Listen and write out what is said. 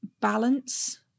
balance